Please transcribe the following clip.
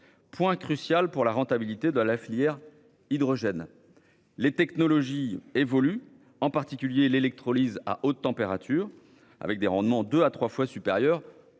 point crucial pour la rentabilité de la filière hydrogène. Les technologies évoluent aussi, en particulier l'électrolyse à haute température, avec des rendements deux à trois fois supérieurs